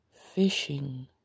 Fishing